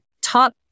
top